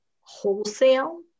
wholesale